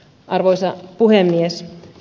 arvoisa puhemies